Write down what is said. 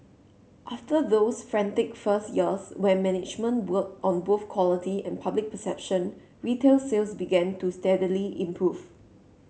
after those frantic first years when management worked on both quality and public perception retail sales began to steadily improve